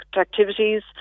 activities